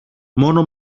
μόνο